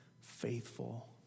faithful